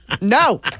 no